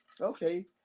Okay